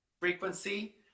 frequency